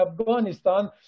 Afghanistan